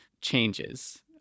changes